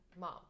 mom